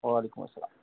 وعلیکُم اَسلام